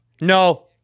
No